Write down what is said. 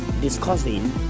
discussing